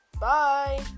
Bye